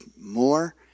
more